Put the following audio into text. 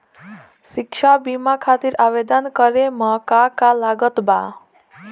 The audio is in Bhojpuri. शिक्षा बीमा खातिर आवेदन करे म का का लागत बा?